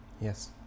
Yes